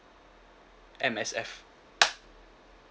M_S_F